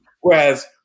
Whereas